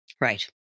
Right